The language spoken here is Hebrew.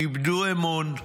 איבדו אמון,